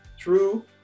True